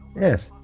Yes